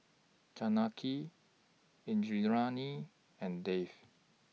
Janaki Indranee and Dev